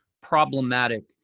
problematic